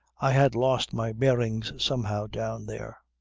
i had lost my bearings somehow down there.